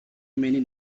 many